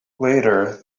later